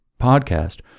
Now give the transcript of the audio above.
podcast